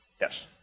Yes